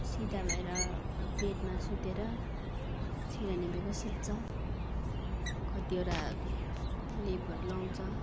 सिदा भएर बेडमा सुतेर सिरानी बेगर सुत्छ कतिवटा लेपहरू लगाउँछ